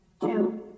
two